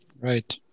Right